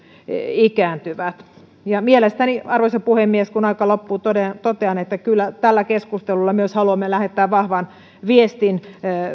ikääntyvät arvoisa puhemies kun aika loppuu totean totean että kyllä tällä keskustelulla haluamme myös lähettää vahvan viestin